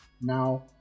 now